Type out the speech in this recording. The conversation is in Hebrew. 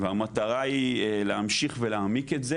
והמטרה היא להמשיך ולהעמיק את זה,